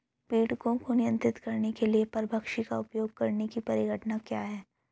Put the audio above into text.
पीड़कों को नियंत्रित करने के लिए परभक्षी का उपयोग करने की परिघटना क्या है?